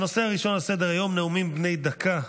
הנושא הראשון על סדר-היום, נאומים בני דקה.